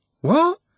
What